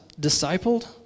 discipled